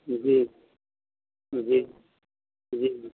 जी जी जी जी